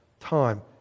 time